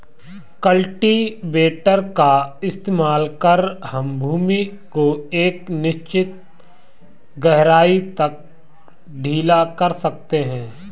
cultivator का इस्तेमाल कर हम भूमि को एक निश्चित गहराई तक ढीला कर सकते हैं